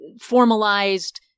formalized